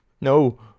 No